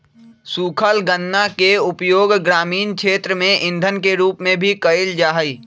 सूखल गन्ना के उपयोग ग्रामीण क्षेत्र में इंधन के रूप में भी कइल जाहई